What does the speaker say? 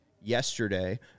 yesterday